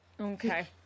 Okay